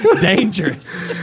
Dangerous